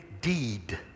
deed